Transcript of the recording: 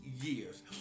years